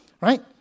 Right